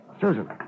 Susan